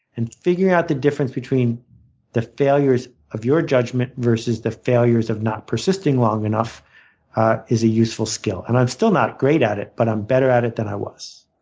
and figuring out the difference between the failures of your judgment versus the failures of not persisting long enough is a useful skill. and i'm still not great at it but i'm better at it than i was.